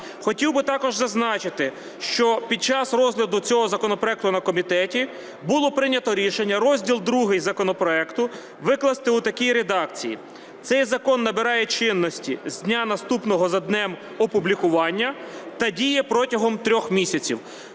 Хотів би також зазначити, що під час розгляду цього законопроекту на комітеті було прийнято рішення розділ ІІ законопроекту викласти в такій редакції: "Цей закон набирає чинності з дня, наступного за днем опублікування, та діє протягом трьох місяців".